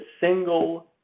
single